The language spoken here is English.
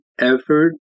effort